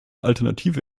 alternative